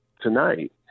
tonight